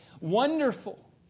Wonderful